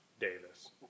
Davis